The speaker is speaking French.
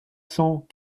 cent